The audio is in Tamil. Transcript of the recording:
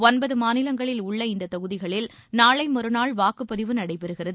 ஒன்பது மாநிலங்களில் உள்ள இந்த தொகுதிகளில் நாளை மறுநாள் வாக்குப்பதிவு நடைபெறுகிறது